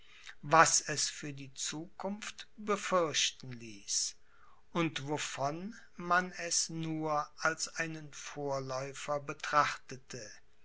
was es für die zukunft befürchten ließ und wovon man es nur als einen vorläufer betrachtete